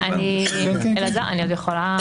אלעזר, אני עוד יכולה